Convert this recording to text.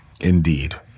Indeed